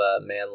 man